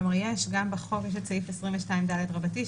יש בחוק את סעיף 22ד רבתי,